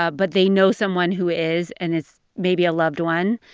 ah but they know someone who is, and it's maybe a loved one